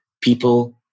people